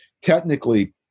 technically